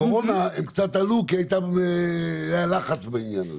בקורונה הם קצת עלו כי היה לחץ בעניין הזה.